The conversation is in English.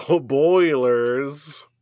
Boilers